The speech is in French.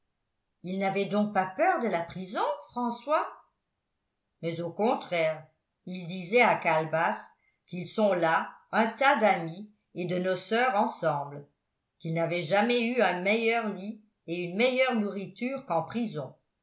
il n'avait donc pas peur de la prison françois mais au contraire il disait à calebasse qu'ils sont là un tas d'amis et de noceurs ensemble qu'il n'avait jamais eu un meilleur lit et une meilleure nourriture qu'en prison